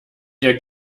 hier